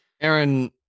Aaron